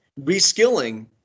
Reskilling